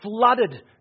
flooded